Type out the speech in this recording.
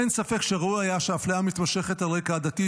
אין ספק שראוי היה שהאפליה המתמשכת על רקע עדתי